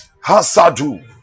hasadu